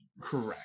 Correct